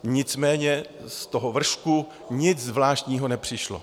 Nicméně z toho vršku nic zvláštního nepřišlo.